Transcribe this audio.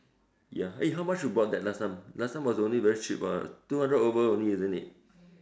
ya eh how much you bought that last time last time was only very cheap [what] two hundred over only isn't it